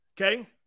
Okay